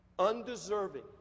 undeserving